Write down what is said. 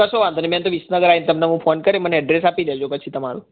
કશો વાંધો નહીં બેન તો વિસનગર આવીન તમને હું ફોન કરીશ મને એડ્રેસ આપી દેજો પછી તમારું